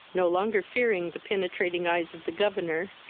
no longer fearing the penetrating eyes of the governor,